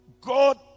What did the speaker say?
God